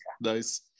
nice